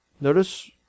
Notice